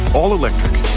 all-electric